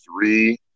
three